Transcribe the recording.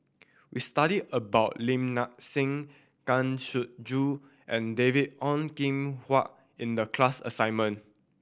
we studied about Lim Nang Seng Kang Siong Joo and David Ong Kim Huat in the class assignment